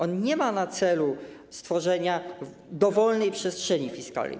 On nie ma na celu stworzenia dowolnej przestrzeni fiskalnej.